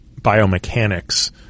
biomechanics